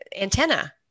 antenna